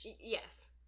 Yes